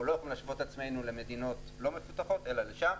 אנחנו לא יכולים להשוות את עצמנו למדינות לא מפותחות אלא לשם.